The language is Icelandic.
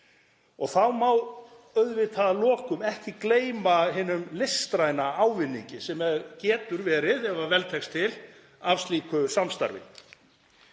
Þá má auðvitað að lokum ekki gleyma hinum listræna ávinningi sem getur verið, ef vel tekst til, af slíku samstarfi.